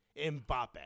Mbappe